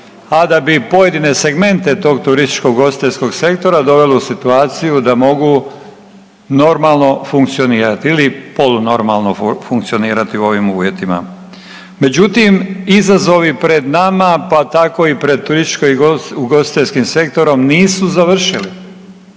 a da bi pojedine segmente tog turističko ugostiteljskog sektora dovele u situaciju da mogu normalno funkcionirati ili polu normalo funkcionirati u ovim uvjetima. Međutim, izazov je pred nama, pa tako i pred turističko ugostiteljskim sektorom nisu završili.